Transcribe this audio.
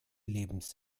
lebens